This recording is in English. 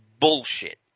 Bullshit